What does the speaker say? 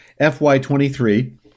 FY23